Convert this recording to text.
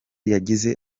yagize